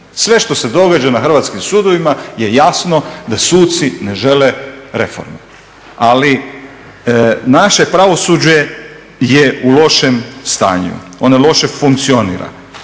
Sve što se događa na hrvatskim sudovima je jasno da suci ne žele reforme. Ali naše pravosuđe je u lošem stanju, ono loše funkcionira.